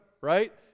Right